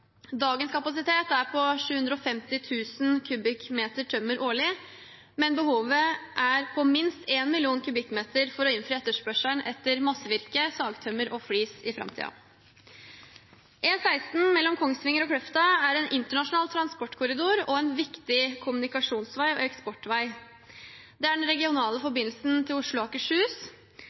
Dagens kapasitet er på 750 000 kubikkmeter tømmer årlig, men behovet er på minst 1 million kubikkmeter for å innfri etterspørselen etter massevirke, sagtømmer og flis i framtiden. E16 mellom Kongsvinger og Kløfta er en internasjonal transportkorridor og en viktig kommunikasjonsvei og eksportvei. Det er den regionale forbindelsen til Oslo og Akershus,